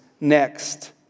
next